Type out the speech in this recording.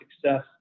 success